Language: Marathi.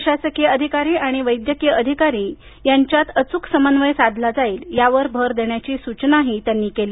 प्रशासकीय अधिकारी आणि वैद्यकीय अधिकारी यांच्यात अचूक समन्वय साधला जाईल यावर भर देण्याची सूचनाही त्यांनी केली